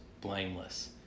blameless